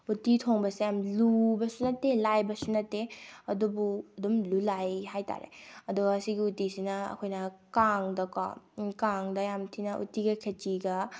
ꯎꯇꯤ ꯊꯣꯡꯕꯁꯦ ꯌꯥꯝ ꯂꯨꯕꯁꯨ ꯅꯠꯇꯦ ꯂꯥꯏꯕꯁꯨ ꯅꯠꯇꯦ ꯑꯗꯨꯕꯨ ꯑꯗꯨꯝ ꯂꯥꯏ ꯍꯥꯏꯇꯥꯔꯦ ꯑꯗꯨꯒ ꯁꯤꯒꯤ ꯎꯇꯤꯁꯤꯅ ꯑꯩꯈꯣꯏꯅ ꯀꯥꯡꯗꯀꯣ ꯀꯥꯡꯗ ꯌꯥꯝꯊꯤꯅ ꯎꯇꯤꯒ ꯈꯦꯆꯤꯒ